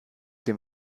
dem